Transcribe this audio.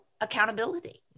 accountability